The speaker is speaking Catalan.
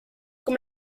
com